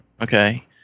Okay